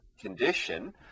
condition